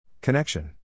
Connection